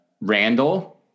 Randall